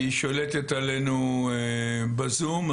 היא שולטת עלינו בזום,